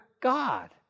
God